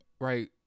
right